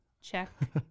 check